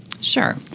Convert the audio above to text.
Sure